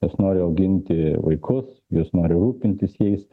jos nori auginti vaikus jos nori rūpintis jais